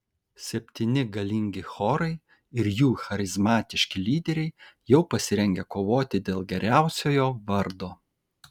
septyni galingi chorai ir jų charizmatiški lyderiai jau pasirengę kovoti dėl geriausiojo vardo